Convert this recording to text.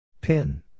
Pin